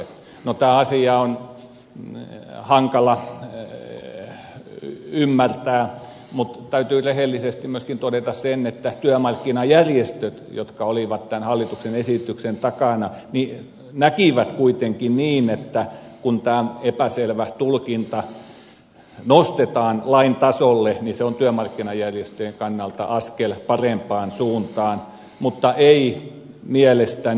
no tämä asia on hankala ymmärtää mutta täytyy rehellisesti myöskin todeta se että työmarkkinajärjestöt jotka olivat tämän hallituksen esityksen takana näkivät kuitenkin niin että kun tämä epäselvä tulkinta nostetaan lain tasolle niin se on työmarkkinajärjestöjen kannalta askel parempaan suuntaan mutta ei mielestäni riittävä